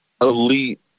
elite